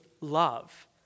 love